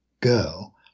girl